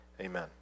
Amen